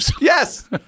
Yes